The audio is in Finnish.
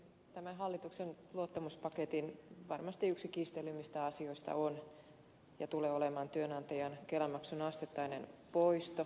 tämän hallituksen luottamuspaketin varmasti yksi kiistellyimmistä asioista on ja tulee olemaan työnantajan kelamaksun asteittainen poisto